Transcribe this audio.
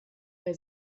bei